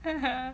(uh huh)